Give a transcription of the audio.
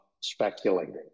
speculating